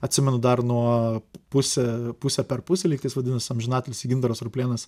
atsimenu dar nuo pusė pusę per pusę lygtais vadinosi amžinatilsį gintaras ruplėnas